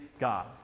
God